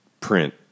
print